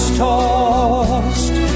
tossed